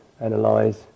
analyze